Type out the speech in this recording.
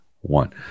one